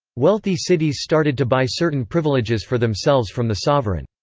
wealthy cities started to buy certain privileges for themselves from the sovereign.